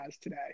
today